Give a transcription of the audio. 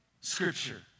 scripture